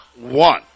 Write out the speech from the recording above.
one